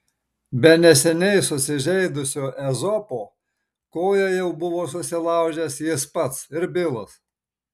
be neseniai susižeidusio ezopo koją jau buvo susilaužęs jis pats ir bilas